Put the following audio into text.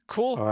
Cool